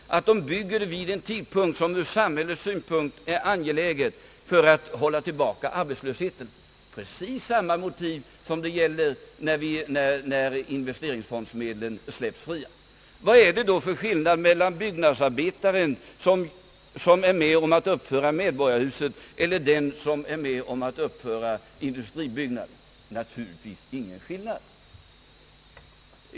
Därför att den bygger vid en tidpunkt då det ur samhällets synpunkt är angeläget för att hålla tillbaka arbetslösheten — alltså precis samma motiv som gäller då = investeringsfondsmedlen släpps fria. Vad är det då för skillnad mellan byggnadsarbetaren som är med om att uppföra medborgarhuset och den som är med om att uppföra industribyggnaden? Naturligtvis är det ingen skillnad.